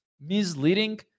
misleading